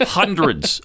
hundreds